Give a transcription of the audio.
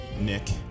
Nick